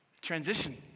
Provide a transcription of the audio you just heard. transition